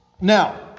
Now